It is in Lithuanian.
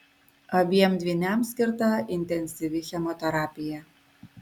abiem dvyniams skirta intensyvi chemoterapija